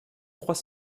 trois